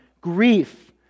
grief